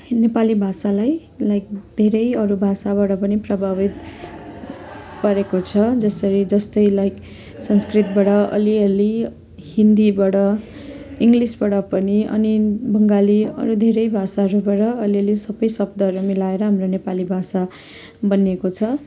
नेपाली भाषालाई लाइक धेरै अरू भाषाबाट पनि प्रभावित पारेको छ जसेरी जस्तै लाइक संस्कृतबाट अलिअलि हिन्दीबाट इङ्ग्लिसबाट पनि अनि बङ्गाली अरू धेरै भाषाहरूबाट अलिअलि सबै शब्दहरू मिलाएर हाम्रो नेपाली भाषा बनिएको छ